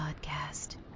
podcast